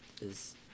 is-